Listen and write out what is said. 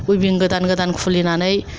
अयबिं गोदान गोदान खुलिनानै